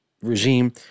Regime